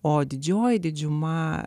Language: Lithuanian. o didžioji didžiuma